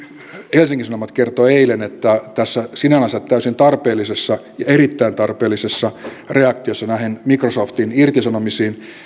helsingin sanomat kertoi eilen että tässä sinällänsä täysin tarpeellisessa erittäin tarpeellisessa reaktiossa näihin microsoftin irtisanomisiin